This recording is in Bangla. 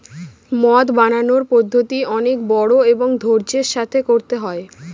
মদ বানানোর পদ্ধতি অনেক বড়ো এবং ধৈর্য্যের সাথে করতে হয়